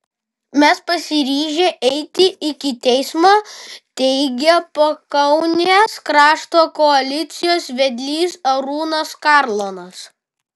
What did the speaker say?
mes pasiryžę eiti iki teismo teigė pakaunės krašto koalicijos vedlys arūnas karlonas